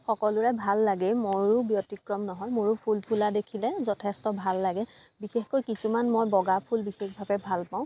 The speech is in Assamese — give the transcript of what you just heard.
সকলোৰে ভাল লাগেই ময়ো ব্যতিক্ৰম নহয় মোৰো ফুল ফুলা দেখিলে যথেষ্ট ভাল লাগে বিশেষকৈ কিছুমান মই বগা ফুল বিশেষভাৱে ভাল পাঁও